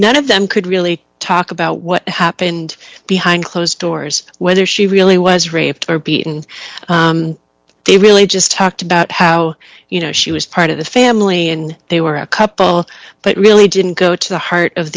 none of them could really talk about what happened behind closed doors whether she really was raped or beaten they really just talked about how you know she was part of the family and they were a couple that really didn't go to the heart of